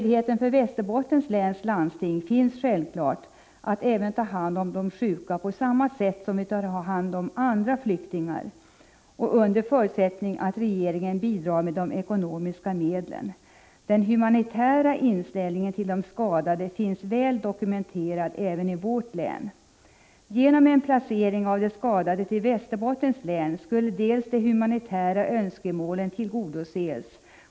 Inom Västerbottens läns landsting har vi självfallet möjlighet att ta hand om sådana på samma sätt som vi tar hand om andra flyktingar — dock under förutsättning att regeringen tillskjuter erforderliga medel. En sådan humanitär inställning till skadade finns väl dokumenterad även i vårt län. Genom placering av de skadade inom Västerbottens län skulle de humanitära önskemålen tillgodoses.